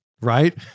right